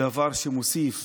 דבר שמוסיף